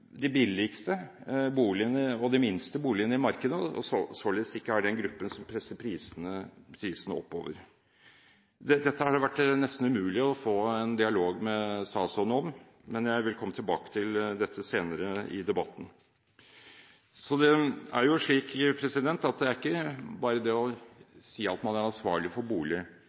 de eldste, de billigste og de minste boligene i markedet, og som således ikke er den gruppen som presser prisene oppover. Dette har det vært nesten umulig å få en dialog med statsråden om, men jeg vil komme tilbake til dette senere i debatten. Så det er ikke bare å si at man er ansvarlig for